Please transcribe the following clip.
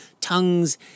tongues